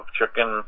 Chicken